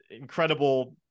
incredible